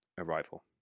arrival